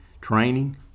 training